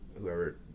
whoever